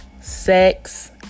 sex